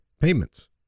payments